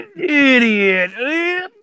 idiot